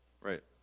Right